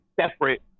separate